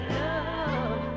love